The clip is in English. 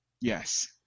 Yes